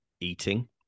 eating